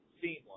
seamless